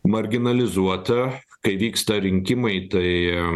marginalizuota kai vyksta rinkimai tai